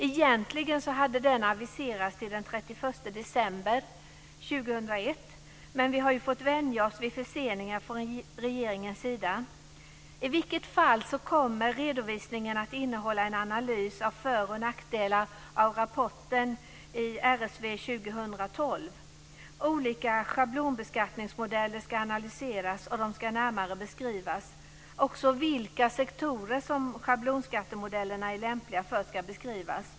Egentligen hade den aviserats till den 31 december 2001, men vi har ju fått vänja oss vid förseningar från regeringens sida. I vilket fall kommer redovisningen att innehålla en analys av för och nackdelar i rapporten RSV 2000:12. Olika schablonbeskattningsmodeller ska analyseras och närmare beskrivas. Också vilka sektorer som schablonskattemodellerna är lämpliga för ska beskrivas.